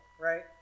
right